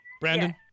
Brandon